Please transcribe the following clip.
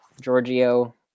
Giorgio